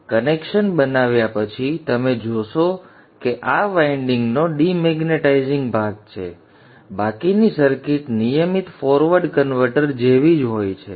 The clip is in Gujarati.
તેથી કનેક્શન બનાવ્યા પછી તમે જોશો કે આ વાઇન્ડિંગનો ડિમેગ્નેટાઇઝિંગ ભાગ છે બાકીની સર્કિટ નિયમિત ફોરવર્ડ કન્વર્ટર જેવી જ હોય છે